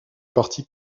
parti